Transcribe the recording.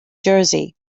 jersey